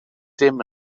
dim